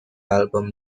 album